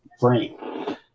brain